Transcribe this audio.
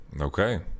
Okay